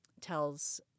tells